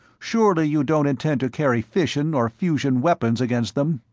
surely you don't intend to carry fission or fusion weapons against them?